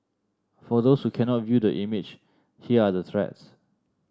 for those who cannot view the image here are the threats